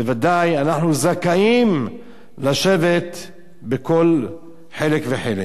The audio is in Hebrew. בוודאי אנחנו זכאים לשבת בכל חלק וחלק.